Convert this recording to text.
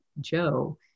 Joe